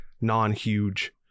non-huge